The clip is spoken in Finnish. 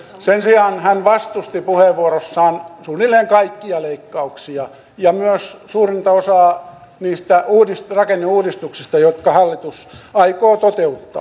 sen sijaan hän vastusti puheenvuorossaan suunnilleen kaikkia leikkauksia ja myös suurinta osaa niistä rakenneuudistuksista jotka hallitus aikoo toteuttaa